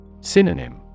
Synonym